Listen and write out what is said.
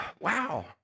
wow